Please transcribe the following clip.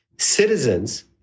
Citizens